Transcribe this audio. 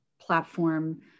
platform